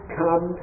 come